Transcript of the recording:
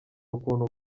ukuntu